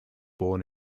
born